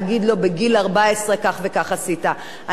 אני חייבת לציין עוד נקודה שהיא מאוד מאוד חשובה: